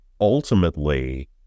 ultimately